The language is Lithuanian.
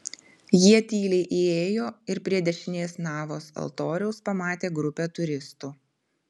jie tyliai įėjo ir prie dešinės navos altoriaus pamatė grupę turistų